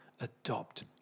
adopt